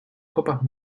copas